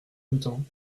boutons